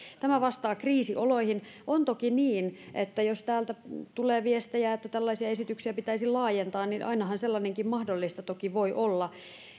tämä vastaa kriisioloihin on toki niin että jos täältä tulee viestejä että tällaisia esityksiä pitäisi laajentaa niin ainahan sellainenkin mahdollista voi olla